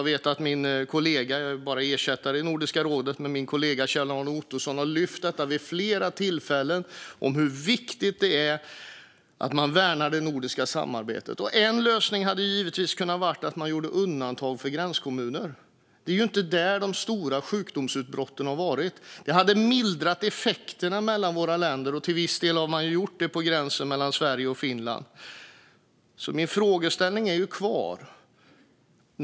Jag är bara ersättare i Nordiska rådet, men jag vet att min kollega Kjell-Arne Ottosson har lyft detta vid flera tillfällen och talat om hur viktigt det är att man värnar det nordiska samarbetet. En lösning hade givetvis kunnat vara att man gjorde undantag för gränskommuner. Det är inte där de stora sjukdomsutbrotten har varit, och det hade mildrat effekterna mellan våra länder. Till viss del har man också gjort detta på gränsen mellan Sverige och Finland. Min frågeställning står kvar.